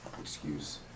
excuse